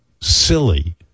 silly